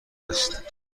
است